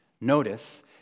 Notice